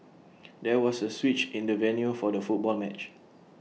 there was A switch in the venue for the football match